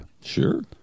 Sure